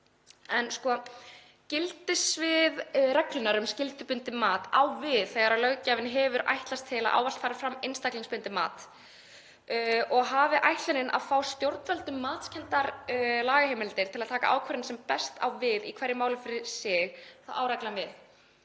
Gildissvið reglunnar um skyldubundið mat á við þegar löggjafinn hefur ætlast til að ávallt fari fram einstaklingsbundið mat og hafi ætlunin verið að fá stjórnvöldum matskenndar lagaheimildir til að taka ákvörðun sem á best við í hverju máli fyrir sig þá á reglan við.